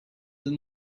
and